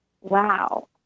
wow